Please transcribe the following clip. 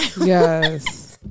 yes